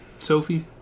Sophie